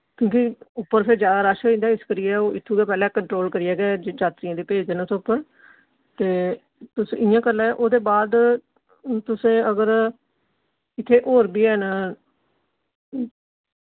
क्यूंकि उप्पर फिर जैदा रश होई जंदा इस करियै ओह् इत्थुं गै पैह्ले कंट्रोल करियै गै जातरियें गी भेजदे न उत्थे उप्पर ते तुस इ'यां कर लैयो ओह्दे बाद हुन तुसे अगर इत्थे और बी हैन